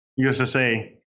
USSA